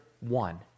one